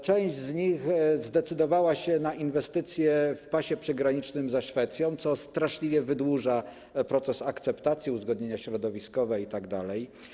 Część z nich zdecydowała się na inwestycje w pasie przygranicznym ze Szwecją, co straszliwie wydłuża proces akceptacji, uzgodnienia środowiskowe itd.